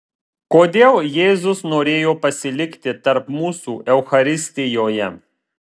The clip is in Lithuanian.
kodėl jėzus norėjo pasilikti tarp mūsų eucharistijoje